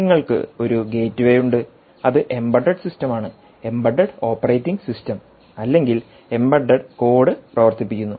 നിങ്ങൾക്ക് ഒരു ഗേറ്റ്വേ ഉണ്ട് അത് എംബഡഡ് സിസ്റ്റമാണ് എംബഡഡ് ഓപ്പറേറ്റിങ് സിസ്റ്റം അല്ലെങ്കിൽ എംബഡഡ് കോഡ് പ്രവർത്തിപ്പിക്കുന്നു